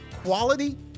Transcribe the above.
Quality